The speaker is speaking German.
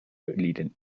liegen